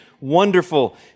wonderful